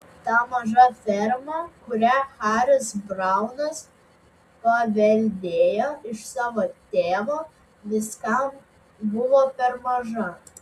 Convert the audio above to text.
ta maža ferma kurią haris braunas paveldėjo iš savo tėvo viskam buvo per maža